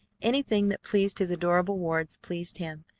anything that pleased his adorable wards pleased him,